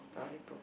storybook